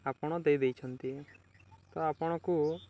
ଆପଣ ଦେଇ ଦେଇଛନ୍ତି ତ ଆପଣଙ୍କୁ